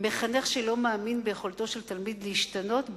מחנך שלא מאמין ביכולתו של תלמיד להשתנות,